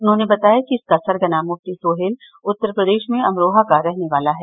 उन्होंने बताया कि इसका सरगना मुफ्ती सोहेल उत्तर प्रदेश में अमरोहा का रहने वाला है